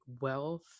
wealth